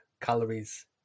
calories